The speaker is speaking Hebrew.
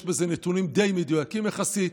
יש בזה נתונים די מדויקים יחסית.